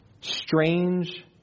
strange